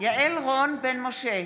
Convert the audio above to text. יעל רון בן משה,